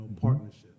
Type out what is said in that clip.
partnership